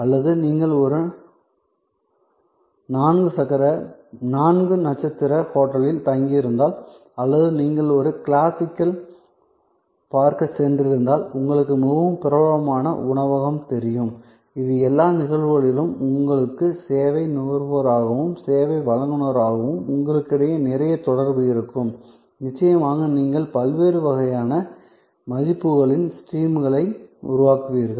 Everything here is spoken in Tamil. அல்லது நீங்கள் ஒரு நான்கு நட்சத்திர ஹோட்டலில் தங்கியிருந்தால் அல்லது நீங்கள் ஒரு கிளாசிக்கல் பார்க்கச் சென்றிருந்தால் உங்களுக்கு மிகவும் பிரபலமான உணவகம் தெரியும் இந்த எல்லா நிகழ்வுகளிலும் உங்களுக்கு சேவை நுகர்வோராகவும் சேவை வழங்குநராகவும் உங்களுக்கிடையே நிறைய தொடர்பு இருக்கும் நிச்சயமாக நீங்கள் பல்வேறு வகையான மதிப்புகளின் ஸ்ட்ரீம்களை உருவாக்குவீர்கள்